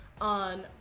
on